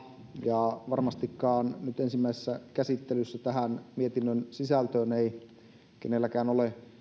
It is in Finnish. ja varmastikaan nyt ensimmäisessä käsittelyssä tähän mietinnön sisältöön ei kenelläkään ole